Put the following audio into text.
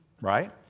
Right